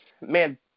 man